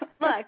Look